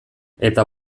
eta